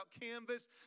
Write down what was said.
Canvas